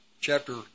chapter